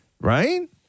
Right